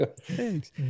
Thanks